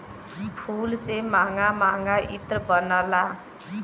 फूल से महंगा महंगा इत्र बनला